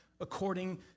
according